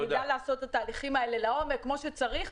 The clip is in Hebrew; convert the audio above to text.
ונדע לעשות את התהליכים האלה לעומק כמו שצריך.